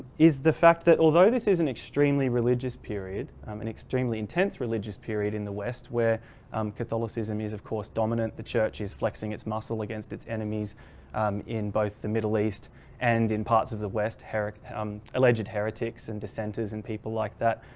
is the fact that although this is an extremely religious period, um an extremely intense religious period in the west, where um catholicism is of course dominant. the church is flexing its muscle against its enemies um in both the middle east and in parts of the west. um alleged heretics and dissenters and people like that.